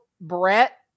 Brett